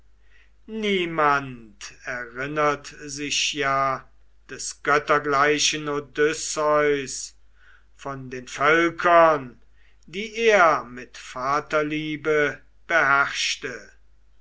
niemand erinnert sich ja des göttergleichen odysseus von den völkern die er mit vaterliebe beherrschte